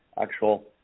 actual